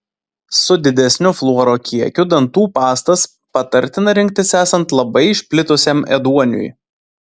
su didesniu fluoro kiekiu dantų pastas patartina rinktis esant labai išplitusiam ėduoniui